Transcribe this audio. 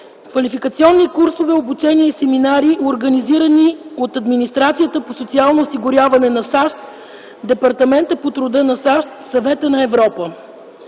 Квалификационни курсове, обучения и семинари, организирани от Администрацията по социално осигуряване на САЩ, Департамента по труда на САЩ, Съвета на Европа.